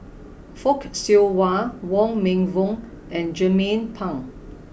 Fock Siew Wah Wong Meng Voon and Jernnine Pang